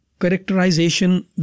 characterization